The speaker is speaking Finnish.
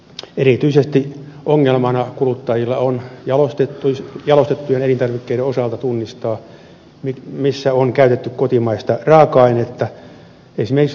erityisesti on kuluttajilla ongelmana jalostettujen elintarvikkeiden osalta tunnistaa missä on käytetty kotimaista raaka ainetta